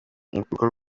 rugo